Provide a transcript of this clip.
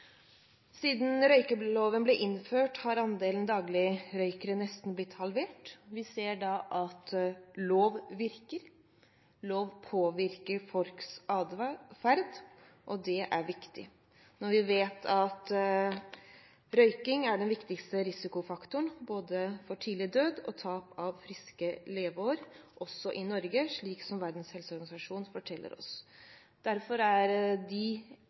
Siden røykeloven ble innført, har andelen dagligrøykere nesten blitt halvert. Vi ser at lov virker, lov påvirker folks adferd. Det er viktig når vi vet at røyking er den viktigste risikofaktoren for både tidlig død og tap av friske leveår – også i Norge, slik som Verdens helseorganisasjon forteller oss. Derfor er de